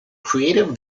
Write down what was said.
creative